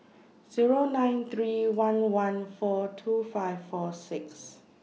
Zero nine three one one four two five four six